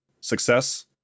Success